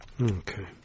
Okay